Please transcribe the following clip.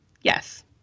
Yes